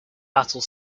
battle